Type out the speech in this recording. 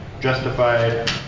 justified